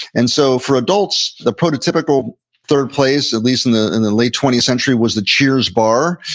and so for adults, the prototypical third place, at least in the and the late twentieth century, was the cheers bar.